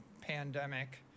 pandemic